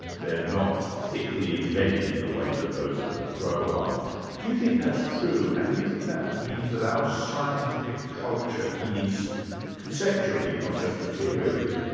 they're not thickly embedded in the way that those of the crow are do you think that's true? and do you think that means that our scientific culture is conceptually, not just materially,